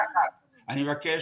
אני מבקש,